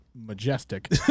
majestic